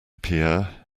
pierre